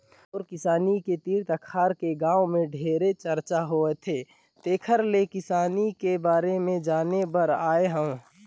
तोर किसानी के तीर तखार के गांव में ढेरे चरचा होवथे तेकर ले किसानी के बारे में जाने बर आये हंव